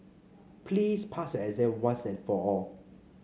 please pass your exam once and for all